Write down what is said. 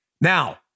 Now